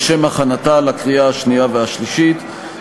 לשם הכנתה לקריאה שנייה ולקריאה שלישית.